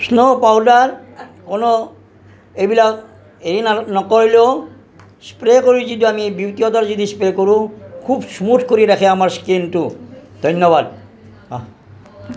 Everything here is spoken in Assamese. স্ন' পাউডাৰ কোনো এইবিলাক এই নকৰিলেও স্প্ৰে' কৰি যদি আমি বিউটি ৱাটাৰ যদি স্প্ৰে' কৰোঁ খুব স্মুথ কৰি ৰাখে আমাৰ স্কিনটো ধন্যবাদ